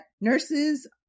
nurses